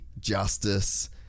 justice